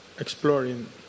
exploring